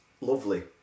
lovely